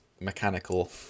mechanical